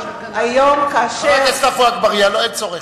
לא הקלה, חבר הכנסת עפו אגבאריה, אין צורך.